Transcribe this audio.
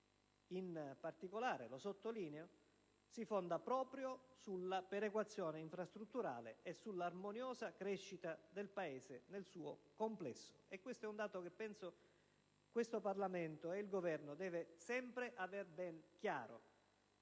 fiscale che - lo sottolineo - si fonda proprio sulla perequazione infrastrutturale e sull'armoniosa crescita del Paese nel suo complesso. Questo è un dato che penso questo Parlamento e il Governo debbano sempre avere ben chiaro: